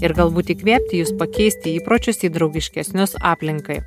ir galbūt įkvėpti jus pakeisti įpročius į draugiškesnius aplinkai